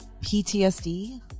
PTSD